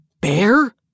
bear